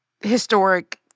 historic